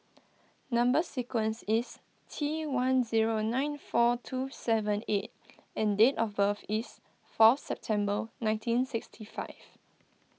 Number Sequence is T one zero nine four two seven eight D and date of birth is four September nineteen sixty five